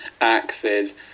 axes